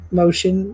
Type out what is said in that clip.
motion